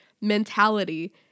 mentality